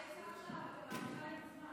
את מאריכה להם את הזמן.